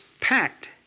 packed